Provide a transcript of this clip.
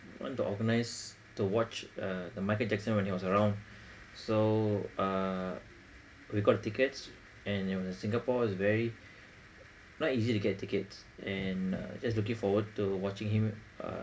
want to organise to watch uh the michael jackson when he was around so uh we've got the tickets and singapore is very not easy to get tickets and just looking forward to watching him uh